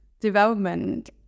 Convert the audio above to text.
development